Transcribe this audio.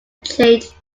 change